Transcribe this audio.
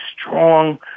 strong